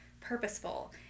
purposeful